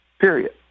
period